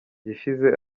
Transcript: gishize